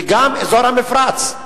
וגם אזור המפרץ.